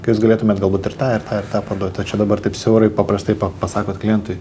kad jūs galėtumėt galbūt ir tą ir ir tą parduot o čia dabar taip siaurai paprastai pa pasakot klientui